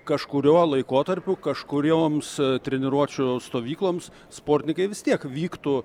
kažkuriuo laikotarpiu kažkurioms treniruočių stovykloms sportininkai vis tiek vyktų